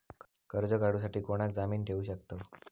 कर्ज काढूसाठी कोणाक जामीन ठेवू शकतव?